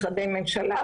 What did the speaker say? משרדי ממשלה,